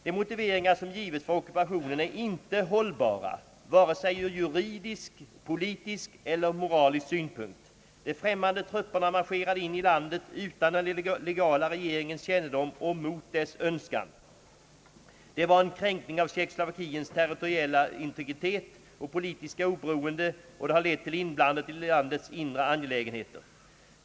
De motiveringar som givits för ockupationen är inte hållbara vare sig ur juridisk, politisk eller moralisk synpunkt. De främmande trupperna marscherade in i landet utan den legala regeringens kännedom och mot dess önskan. Det var en kränkning av Tjeckoslovakiens territoriella integritet och politiska oberoende och det har lett till inblandning i landets inre angelägenheter.